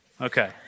Okay